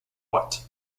what